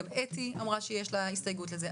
גם אתי אמרה שיש לה הסתייגות לזה.